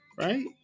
right